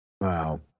Wow